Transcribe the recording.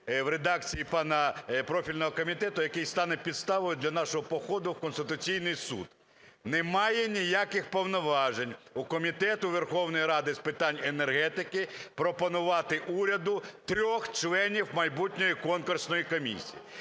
в редакції пана… профільного комітету, який стане підставою для нашого походу в Конституційний Суд. Немає ніяких повноважень у Комітету Верховної Ради з питань енергетики пропонувати уряду 3 членів майбутньої конкурсної комісії.